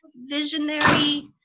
visionary